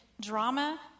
drama